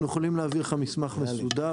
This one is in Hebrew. אנחנו יכולים להעביר לך מסמך מסודר,